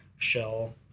shell